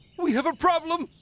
we have a problem!